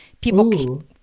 people